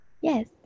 Yes